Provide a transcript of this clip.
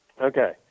Okay